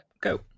go